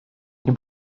nie